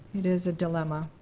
it is a dilemma.